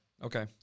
Okay